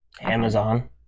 Amazon